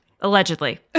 Allegedly